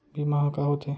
बीमा ह का होथे?